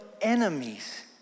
enemies